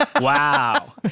Wow